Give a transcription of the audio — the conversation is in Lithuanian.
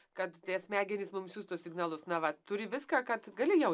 kad tie smegenys mum siųstų signalus na va turi viską kad gali jau